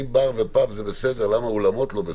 אם בר ופאב זה בסדר, למה אולמות לא בסדר?